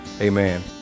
Amen